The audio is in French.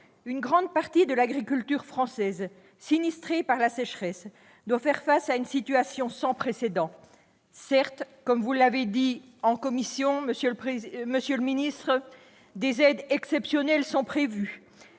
Une grande partie de l'agriculture française sinistrée par la sécheresse doit faire face à une situation sans précédent. Certes, comme vous l'avez dit en commission, monsieur le ministre, des aides exceptionnelles sont prévues,